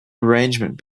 arrangement